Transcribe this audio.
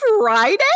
friday